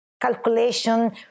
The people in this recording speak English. calculation